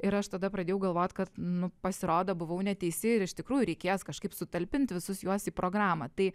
ir aš tada pradėjau galvot kad nu pasirodo buvau neteisi ir iš tikrųjų reikės kažkaip sutalpint visus juos į programą tai